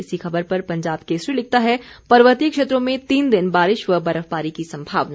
इसी खबर पर पंजाब केसरी लिखता है पर्वतीय क्षेत्रों में तीन दिन बारिश व बर्फबारी की संभावना